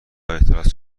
اعتراض